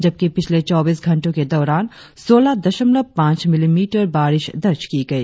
जबकि पिछले चौबीस घंटो के दौरान सोलह दशमलव पांच मिलीमीटर बारिश दर्ज की गई